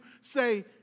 say